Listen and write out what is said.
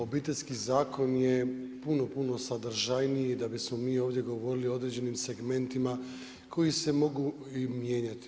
Obiteljski zakon je puno, puno sadržajniji da bismo mi ovdje govorili o određenim segmentima koji se mogu i mijenjati.